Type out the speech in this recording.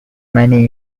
many